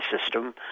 system